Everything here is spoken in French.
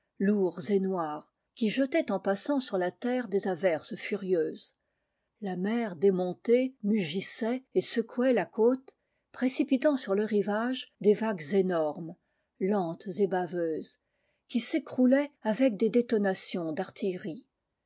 lourds et noirs qui jetaient en passant sur la terre des averses furieuses la mer démontée mugissait et secouait la côte précipitant sur le rivage des vagues énormes lentes et baveuses qui s'écroulaient avec des détonations d'artillerie